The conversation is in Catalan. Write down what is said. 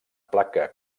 placa